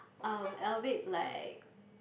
um albeit like